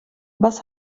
was